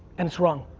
and it's wrong.